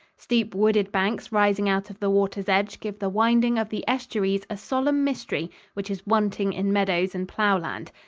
steep wooded banks rising out of the water's edge give the winding of the estuaries a solemn mystery which is wanting in meadows and plough-land.